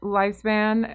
lifespan